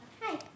Hi